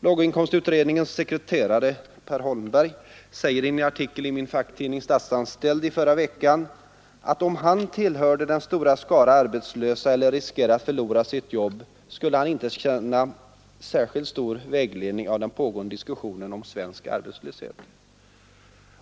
Låginkomstutredningens sekreterare, Per Holmberg, säger i en artikel i min facktidning Statsanställd i förra veckan att om han tillhörde den stora skaran arbetslösa eller riskerade att förlora sitt jobb skulle han inte känna sig ha skilt stor vägledning av den pågående diskussionen om svensk arbetslöshet.